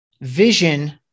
vision